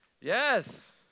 Yes